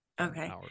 Okay